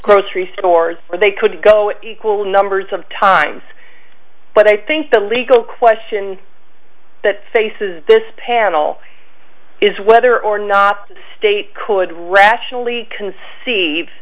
grocery stores where they could go at equal numbers of times but i think the legal question that faces this panel is whether or not the state could rationally conceive